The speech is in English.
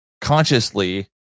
consciously